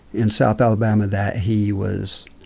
in south alabama, that he was